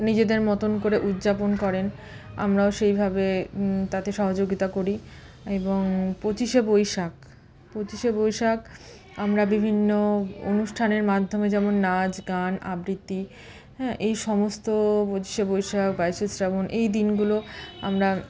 নিজেদের মতোন করে উদযাপন করেন আমরাও সেইভাবে তাতে সহযোগিতা করি এবং পঁচিশে বৈশাখ পঁচিশে বৈশাখ আমরা বিভিন্ন অনুষ্ঠানের মাধ্যমে যেমন নাচ গান আবৃত্তি হ্যাঁ এই সমস্ত পঁচিশে বৈশাখ বাইশে শ্রাবণ এই দিনগুলো আমরা